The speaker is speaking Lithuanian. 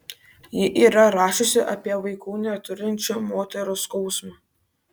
ji yra rašiusi apie vaikų neturinčių moterų skausmą